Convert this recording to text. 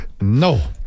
No